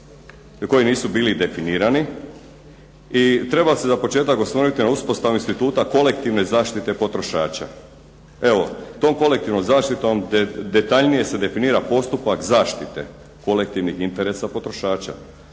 koji nisu bili definirani. I treba se za početak osvrnuti na uspostavu instituta kolektivne zaštite potrošača. Evo, tom kolektivnom zaštitom detaljnije se definira postupak zaštite kolektivnih interesa potrošača.